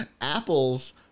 Apples